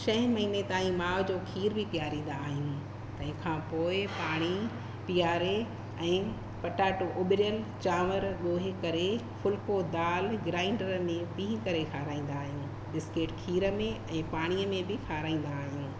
छहें महीने ताईं माउ जो खीरु ई पीआरींदा आहियूं तंहिंखां पोइ ई पाणी पीआरे ऐं पटाटो चांवर ॻोहे करे फुलिको दाल ग्राइंडर में पींही करे खाराईंदा आहियूं बिस्केट खीर में ऐं पाणीअ में बि खाराईंदा आहियूं